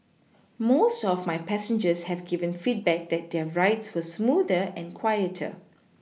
most of my passengers have given feedback that their rides were smoother and quieter